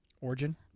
Origin